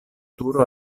turo